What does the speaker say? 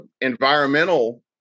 environmental